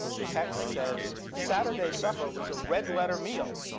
the text says, saturday supper was a red letter meal.